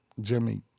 Jimmy